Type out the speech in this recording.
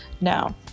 now